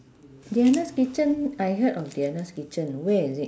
deanna's kitchen I heard of deanna's kitchen where is it